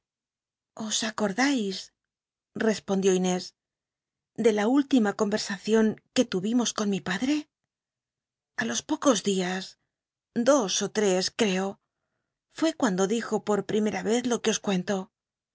os acordais respond ió inés ele la última con'ersacion que lt t'imos con mi padre a los pocos días dos ó tres cteo fué cuando dijo pot primcta cz lo que os cuento